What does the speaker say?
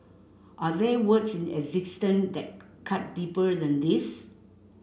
are there words in existence that cut deeper than these